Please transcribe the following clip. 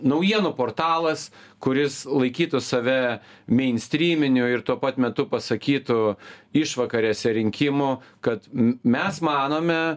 naujienų portalas kuris laikytų save meinstryminiu ir tuo pat metu pasakytų išvakarėse rinkimų kad mes manome